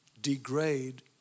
degrade